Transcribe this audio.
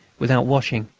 without washing,